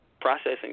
processing